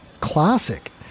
classic